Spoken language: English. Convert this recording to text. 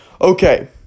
Okay